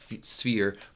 sphere